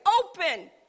open